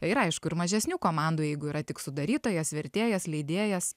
yra aišku ir mažesnių komandų jeigu yra tik sudarytojas vertėjas leidėjas